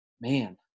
man